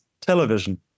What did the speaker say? television